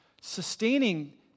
sustaining